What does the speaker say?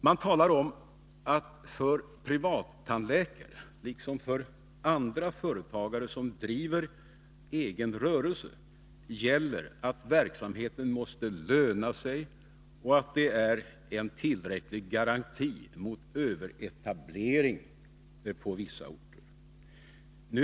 Man säger att det för privattandläkare liksom för andra företagare som driver egen rörelse gäller att verksamheten måste löna sig och att det är en tillräcklig garanti mot överetablering på vissa orter.